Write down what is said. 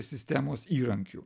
sistemos įrankiu